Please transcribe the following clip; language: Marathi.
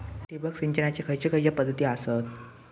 ठिबक सिंचनाचे खैयचे खैयचे पध्दती आसत?